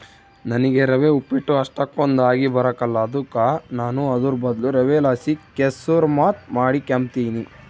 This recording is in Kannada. ನನಿಗೆ ರವೆ ಉಪ್ಪಿಟ್ಟು ಅಷ್ಟಕೊಂದ್ ಆಗಿಬರಕಲ್ಲ ಅದುಕ ನಾನು ಅದುರ್ ಬದ್ಲು ರವೆಲಾಸಿ ಕೆಸುರ್ಮಾತ್ ಮಾಡಿಕೆಂಬ್ತೀನಿ